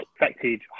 affected